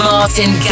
Martin